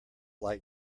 like